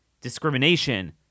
discrimination